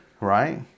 right